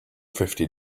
fifty